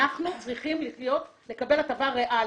אנחנו צריכים לקבל הטבה ריאלית,